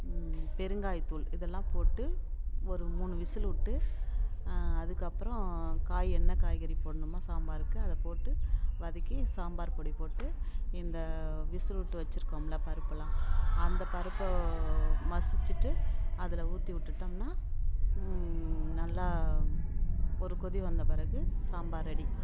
பெருங்காயத் தூள் இதெல்லாம் போட்டு ஒரு மூணு விசில் விட்டு அதுக்கப்பறம் காய் என்ன காய்கறி போடணுமோ சாம்பாருக்கு அதை போட்டு வதக்கி சாம்பார் பொடி போட்டு இந்த விசில் விட்டு வச்சுருக்கோம்ல பருப்புலாம் அந்த பருப்பை மசிச்சுட்டு அதில் ஊற்றி விட்டுட்டோம்னா நல்லா ஒரு கொதி வந்த பிறகு சாம்பார் ரெடி